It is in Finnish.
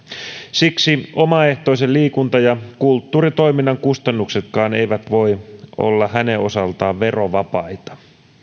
siksi omaehtoisen liikunta ja kulttuuritoiminnan kustannuksetkaan eivät voi olla hänen osaltaan verovapaita